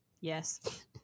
Yes